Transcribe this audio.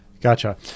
Gotcha